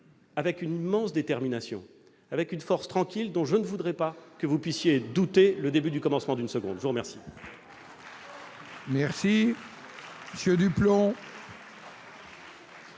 avec une immense détermination, avec une force tranquille dont je ne voudrais pas que vous puissiez douter le début du commencement d'une seconde. La parole